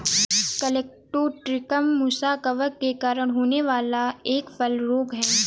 colletotrichum musae कवक के कारण होने वाला एक फल रोग है